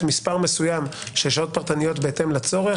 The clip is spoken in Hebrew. מספר מסוים של שעות פרטניות בהתאם לצורך,